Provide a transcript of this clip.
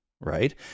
Right